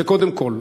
זה, קודם כול.